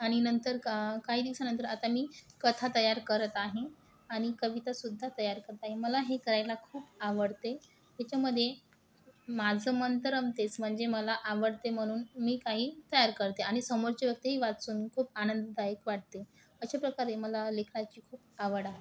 आणि नंतर का काही दिवसांनंतर आता मी कथा तयार करत आहे आणि कवितासुद्धा तयार करत आहे मला हे करायला खूप आवडते याच्यामध्ये माझं मन तर रमतेच म्हणजे मला आवडते म्हणून मी काही तयार करते आणि समोरची व्यक्ती वाचून खूप आनंददायक वाटते अशा प्रकारे मला लेखाची खूप आवड आहे